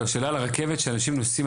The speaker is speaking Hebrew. לא, שאלה על הרכבת שאנשים נוסעים.